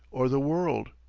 or the world?